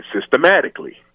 systematically